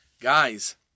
guys